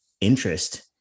interest